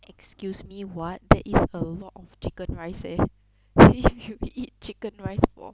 excuse me what that is a lot of chicken rice eh then you eat chicken rice for